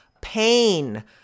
pain